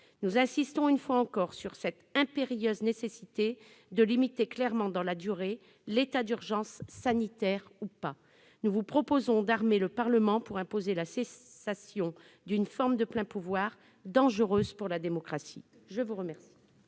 Nous insistons, une fois encore, sur l'impérieuse nécessité de limiter clairement la durée de l'état d'urgence, sanitaire ou pas. Nous vous proposons d'armer le Parlement pour imposer la cessation d'une forme de pleins pouvoirs, dangereuse pour la démocratie. Quel